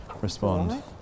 respond